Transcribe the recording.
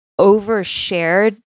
overshared